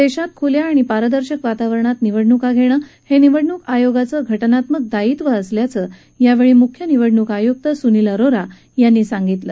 देशात खुल्या आणि पारदर्शक वातावरणात निवडणूका घेणं हे निवडणूक आयोगाचं घटनात्मक दायित्व असल्याचं यावेळी मुख्य निवडणूक आयुक्त सुनील अरोरा यांनी सांगितलं